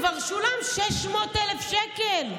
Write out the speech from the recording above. כבר שולמו 600,000 שקל.